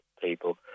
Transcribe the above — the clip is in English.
people